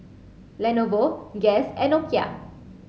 Lenovo Guess and Nokia